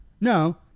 No